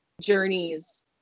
journeys